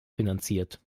finanziert